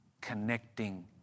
connecting